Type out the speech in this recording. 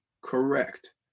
Correct